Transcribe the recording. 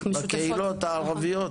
בקהילות הערביות.